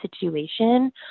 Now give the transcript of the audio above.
situation